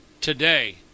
today